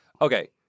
Okay